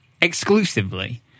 exclusively